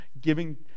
giving